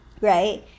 right